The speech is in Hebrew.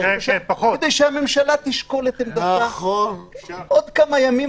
יכולתי לבנות יופי של קריירה עם כל מיני החלטות פופוליסטיות וטובות.